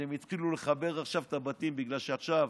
שהם התחילו לחבר עכשיו את הבתים, בגלל שעכשיו